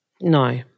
No